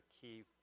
key